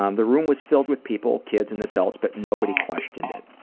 um the room was filled with people, kids and adults but nobody questioned it.